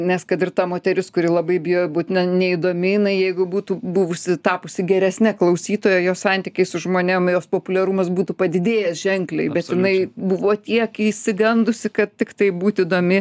nes kad ir ta moteris kuri labai bijo būt ne neįdomi jinai jeigu būtų buvusi tapusi geresne klausytoja jos santykiai su žmonėm jos populiarumas būtų padidėjęs ženkliai jinai buvo tiek išsigandusi kad tiktai būt įdomi